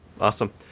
Awesome